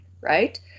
right